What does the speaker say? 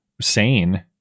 sane